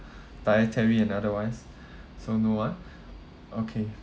dietary and otherwise so no ah okay